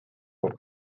por